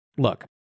Look